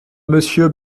monsieur